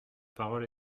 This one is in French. parole